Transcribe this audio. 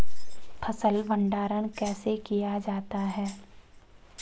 फ़सल भंडारण कैसे किया जाता है?